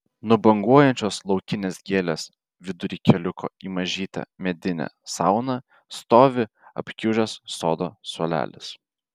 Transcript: nubanguojančios laukinės gėlės vidury keliuko į mažytę medinę sauną stovi apkiužęs sodo suolelis